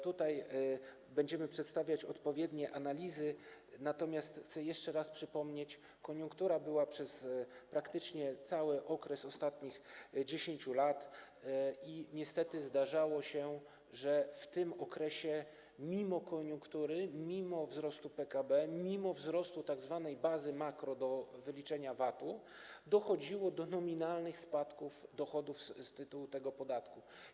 Tutaj będziemy przedstawiać odpowiednie analizy, natomiast chcę jeszcze raz przypomnieć: koniunktura była przez praktycznie cały okres ostatnich 10 lat i niestety zdarzało się, że w tym okresie mimo koniunktury, mimo wzrostu PKB, mimo wzrostu tzw. bazy makro do wyliczenia VAT-u dochodziło do nominalnych spadków dochodów z tytułu tego podatku.